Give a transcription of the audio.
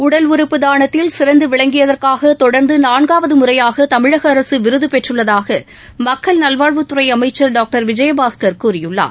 உடல் உறுப்பு தானத்தில் சிறந்த விளங்கியதற்காக தொடர்ந்து நான்காவது முறையாக தமிழக அரசு விருது பெற்றுள்ளதாக மக்கள் நல்வாழ்வுத்துறை அமைச்சா் டாக்டா விஜயபாஸ்கா் கூறியுள்ளார்